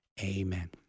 Amen